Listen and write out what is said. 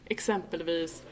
Exempelvis